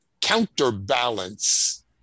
counterbalance